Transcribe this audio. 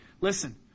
listen